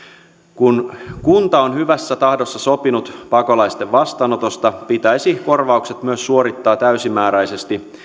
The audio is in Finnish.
kun kunta on hyvässä tahdossa sopinut pakolaisten vastaanotosta pitäisi korvaukset myös suorittaa täysimääräisesti